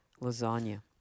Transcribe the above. lasagna